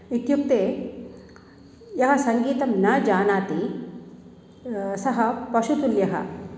इत्युक्ते यः सङ्गीतं न जानाति सः पशुतुल्यः